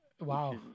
Wow